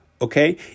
Okay